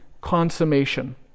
consummation